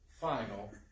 Final